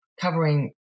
covering